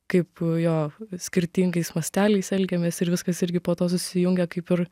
kaip jo skirtingais masteliais elgiamės ir viskas irgi po to susijungia kaip ir